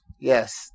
Yes